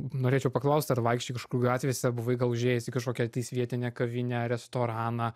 norėčiau paklaust ar vaikščiojai kažkur gatvėse buvai gal užėjęs į kokią tais vietinę kavinę restoraną